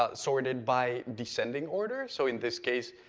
ah sorted by descending order, so in this case,